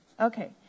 Okay